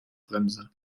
bremse